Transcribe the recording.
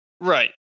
right